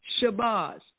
Shabazz